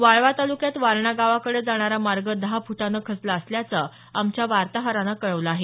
वाळवा तालुक्यात वारणा गावाकडं जाणारा मार्ग दहा फुटानं खचला असल्याचं आमच्या वार्ताहरानं कळवलं आहे